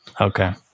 Okay